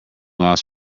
lost